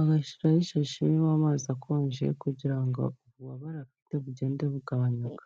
agashiraho ishashi irimo amazi akonje, kugira ngo ububabare afite bugende bugabanyuka.